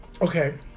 Okay